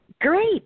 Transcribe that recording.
Great